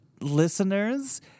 listeners